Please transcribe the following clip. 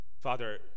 Father